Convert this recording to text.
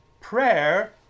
Prayer